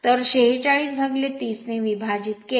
तर4630 ने विभाजित केले